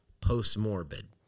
post-morbid